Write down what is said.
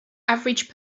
average